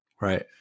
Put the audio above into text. right